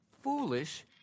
foolish